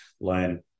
learn